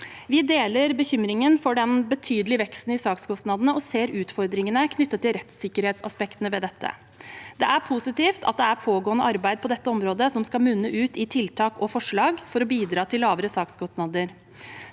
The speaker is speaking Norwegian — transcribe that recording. Vi deler bekymringen for den betydelige veksten i sakskostnader og ser utfordringene knyttet til rettssikkerhetsaspektene ved dette. Det er positivt at det er pågående arbeid på dette området som skal munne ut i tiltak og forslag for å bidra til lavere sakskostnader.